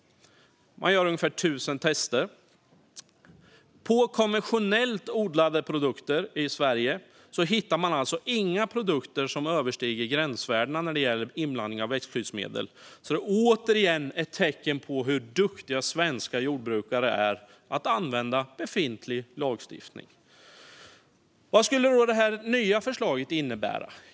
Man gör ungefär tusen tester. För konventionellt odlade produkter i Sverige hittar man inga produkter som överskrider gränsvärdena när det gäller inblandning av växtskyddsmedel. Det är återigen ett tecken på hur duktiga svenska jordbrukare är på att använda befintlig lagstiftning. Vad skulle då det nya förslaget innebära?